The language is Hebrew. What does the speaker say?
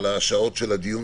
שעות הדיון.